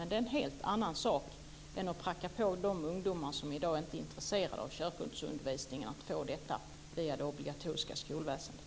Det är en helt annan sak än att pracka på de ungdomar som i dag inte är intresserade av körkortsundervisning denna undervisning via det obligatoriska skolväsendet.